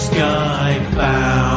Skybound